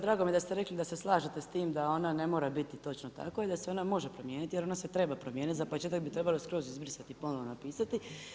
Drago mi je rekli da se slažete s tim da ona ne mora biti točno tako i da se ona može promijeniti, jer ona se treba promijeniti, za početak bi ju trebalo skroz izbrisati, ponovno napisati.